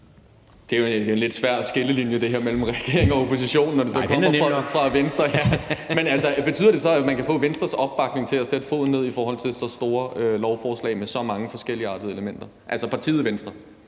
Det er jo en lidt svær skillelinje at lave mellem regeringen og oppositionen, når det så kommer fra Venstre. (Jan E. Jørgensen (V): Nej, det er nemt nok). Men betyder det så, at man kan få partiet Venstres opbakning til at sætte foden ned i forhold til så store lovforslag med så mange forskelligartede elementer? Kl. 16:51 Den fg.